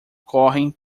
correm